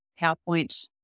PowerPoint